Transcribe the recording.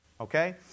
Okay